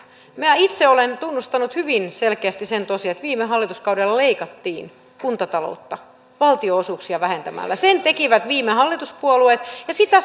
minä itse olen tunnustanut hyvin selkeästi sen tosiasian että viime hallituskaudella leikattiin kuntataloutta valtionosuuksia vähentämällä sen tekivät viime hallituspuolueet ja sitä